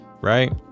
Right